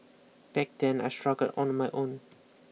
back then I struggled on my own